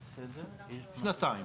שנתיים.